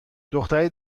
دختری